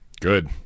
Good